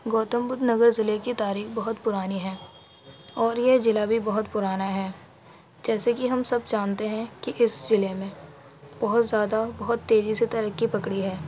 گوتم بدھ نگر ضلع کی تاریخ بہت پرانی ہے اور یہ ضلع بھی بہت پرانا ہے جیسے کہ ہم سب جانتے ہیں کہ اس ضلع نے بہت زیادہ بہت تیزی سے ترقی پکڑی ہے